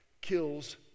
kills